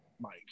Mike